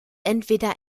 entweder